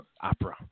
Opera